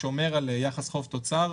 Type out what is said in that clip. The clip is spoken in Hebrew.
שומר על יחס חוב-תוצר,